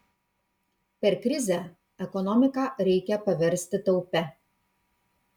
per krizę ekonomiką reikia paversti taupia